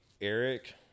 Eric